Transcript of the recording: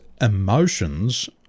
emotions